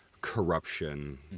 corruption